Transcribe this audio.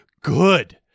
good